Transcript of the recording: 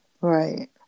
Right